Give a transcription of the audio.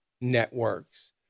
networks